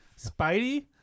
Spidey